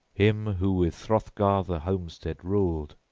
him who with hrothgar the homestead ruled.